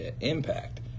Impact